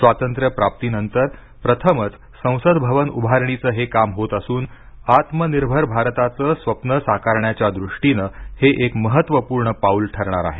स्वातंत्र्यप्राप्तीनंतर प्रथमच संसद भवन उभारणीचं हे काम होत असून आत्मनिर्भर भारताचं स्वप्न साकारण्याच्या दृष्टीनं हे एक महत्त्वपूर्ण पाऊल ठरणार आहे